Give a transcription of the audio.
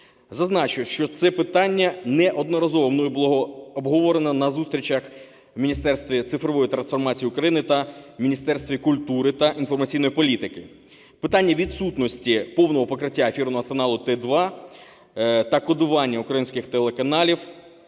Зазначу, що це питання неодноразово мною було обговорено на зустрічах в Міністерстві цифрової трансформації України та в Міністерстві культури та інформаційної політики. Питання відсутності повного покриття ефірного сигналу Т2 та кодування українських телеканалів